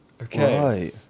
Okay